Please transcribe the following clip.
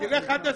לך עד הסוף.